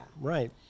right